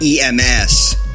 EMS